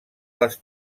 les